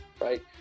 Right